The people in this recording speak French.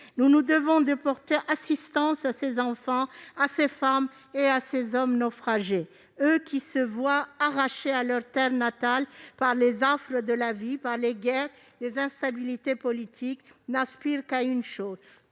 Nous nous devons de porter assistance à ces enfants, à ces femmes et à ces hommes naufragés. Arrachés à leur terre natale par les affres de la vie, les guerres ou l'instabilité politique, ils n'aspirent qu'à une chose